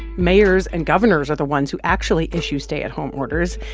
mayors and governors are the ones who actually issue stay-at-home orders,